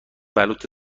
بلوط